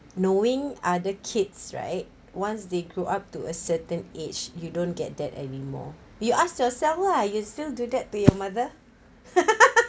knowing other kids right once they grew up to a certain age you don't get that anymore you ask yourself lah you still do that to your mother